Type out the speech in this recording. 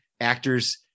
actor's